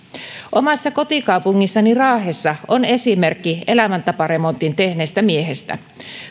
omassa kotikaupungissani raahessa on esimerkki elämäntaparemontin tehneestä miehestä